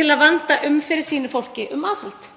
til að vanda um fyrir sínu fólki um aðhald.